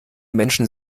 menschen